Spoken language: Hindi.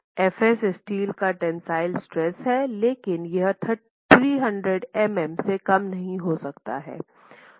f s स्टील का टेंसिल स्ट्रेस है लेकिन यह 300 mm से कम नहीं हो सकता है